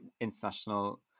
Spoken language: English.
international